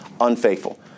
unfaithful